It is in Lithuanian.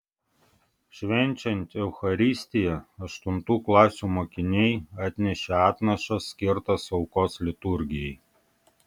švenčiant eucharistiją aštuntų klasių mokiniai atnešė atnašas skirtas aukos liturgijai